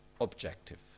objective